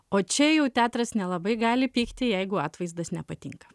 o čia jau teatras nelabai gali pykti jeigu atvaizdas nepatinka